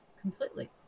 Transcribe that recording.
Completely